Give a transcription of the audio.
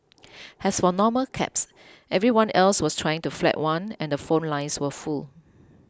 as for normal cabs everyone else was trying to flag one and the phone lines were full